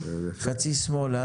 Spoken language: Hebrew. חצי שמאלה,